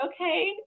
okay